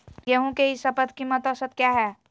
गेंहू के ई शपथ कीमत औसत क्या है?